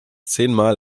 zehnmal